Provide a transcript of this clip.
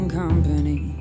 company